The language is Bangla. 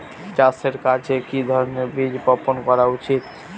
চাষের কাজে কি ধরনের বীজ বপন করা উচিৎ?